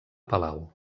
palau